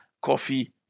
coffee